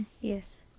Yes